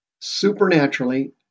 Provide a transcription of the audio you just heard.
supernaturally